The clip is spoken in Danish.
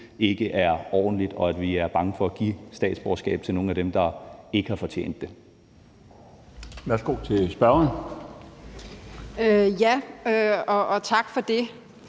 ikke er ordentlig, og vi er bange for at give statsborgerskab til nogle af dem, der ikke har fortjent det.